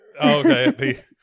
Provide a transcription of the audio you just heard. okay